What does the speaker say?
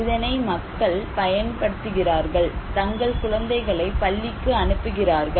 இதனை மக்கள் பயன்படுத்துகிறார்கள் தங்கள் குழந்தைகளை பள்ளிக்கு அனுப்புகிறார்கள்